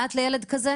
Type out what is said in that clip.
יש סייעת לילד כזה?